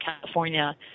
California